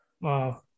Wow